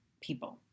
people